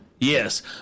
Yes